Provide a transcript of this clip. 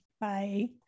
Bye